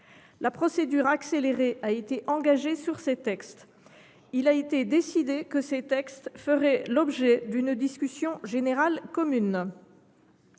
La procédure accélérée a été engagée sur ces textes. Il a été décidé que ces textes feraient l’objet d’une discussion générale commune.